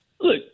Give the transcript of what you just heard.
look